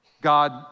God